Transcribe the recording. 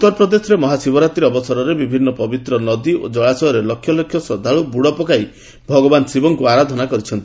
ଉତ୍ତରପ୍ରଦେଶରେ ମହାଶିବରାତ୍ରୀ ଅବସରରେ ବିଭିନ୍ନ ପବିତ୍ର ନଦୀ ଓ କଳାଶୟରେ ଲକ୍ଷ ଲକ୍ଷ ଶ୍ରଦ୍ଧାଳୁ ବୁଡ଼ ପକାଇ ଭଗବାନ ଶିବଙ୍କୁ ଆରାଧନା କରିଛନ୍ତି